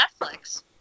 netflix